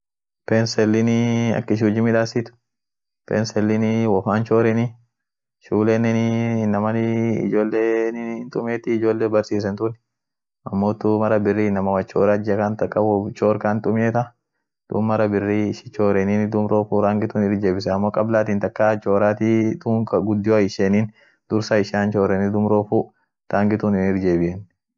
TV ak ishin huji midaasit won bayaa armum teete daawot. won dado duungaa jirtiinen woat armatan teet kwa mfano ak kenyatanfa woat kenya teet won dunia nzima hindaawotai, won endeleit yote akasiin hubet, duum hata movinen kasiitiinen hindaawotenie duum TVn ishin won bayaa won duraani fa wonsun baya wot daawot